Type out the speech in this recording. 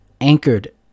anchored